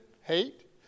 hate